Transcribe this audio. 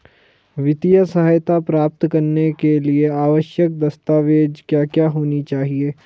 वित्तीय सहायता प्राप्त करने के लिए आवश्यक दस्तावेज क्या क्या होनी चाहिए?